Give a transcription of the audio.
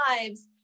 lives